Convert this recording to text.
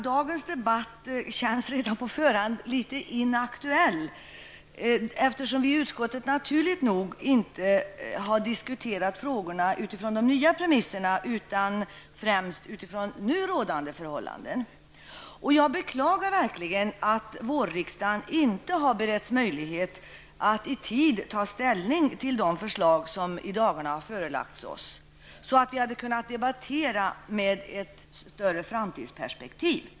Dagens debatt känns redan på förhand något inaktuell, eftersom vi i utskottet naturligt nog inte har diskuterat frågorna utifrån de nya premisserna utan främst utifrån nu rådande förhållanden. Jag beklagar verkligen att vårriksdagen inte har beretts möjlighet att i tid ta ställning till de förslag som i dagarna har förelagts oss, så att vi hade kunnat debattera med ett bättre framtidsperspektiv.